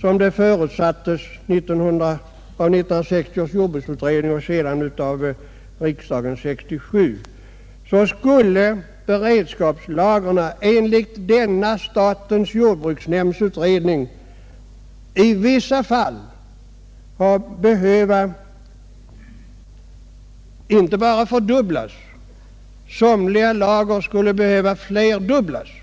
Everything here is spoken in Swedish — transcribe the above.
som förutsattes av 1960 ärs jordbruksutredning och sedan av riksdagen 1967, skulle beredskapslagren enligt statens jordbruksnämnds utredning i vissa fall behöva inte bara fördubblas — somliga lager skulle behöva flerdubblas.